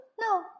no